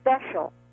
special